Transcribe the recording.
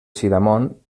sidamon